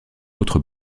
autres